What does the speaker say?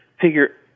figure